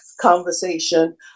conversation